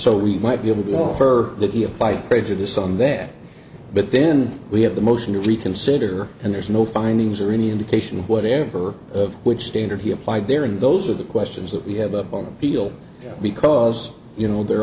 so we might be able to offer that we have by prejudice on that but then we have the motion to reconsider and there's no findings or any indication whatever of which standard he applied there and those are the questions that we have up on appeal because you know they're